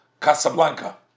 Casablanca